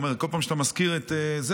הוא אמר: כל פעם שאתה מזכיר את הגליל,